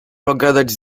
pogadać